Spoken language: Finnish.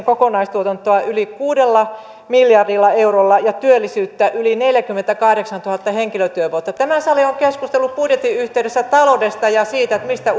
kokonaistuotantoa yli kuudella miljardilla eurolla ja työllisyyttä yli neljäkymmentäkahdeksantuhatta henkilötyövuotta tämä sali on keskustellut budjetin yhteydessä taloudesta ja siitä mistä